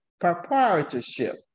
proprietorship